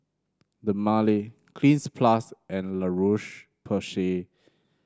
Dermale Cleanz Plus and La Roche Porsay